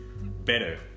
better